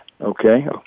okay